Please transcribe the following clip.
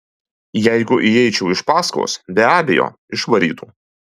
jeigu įeičiau iš paskos be abejo išvarytų